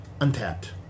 untapped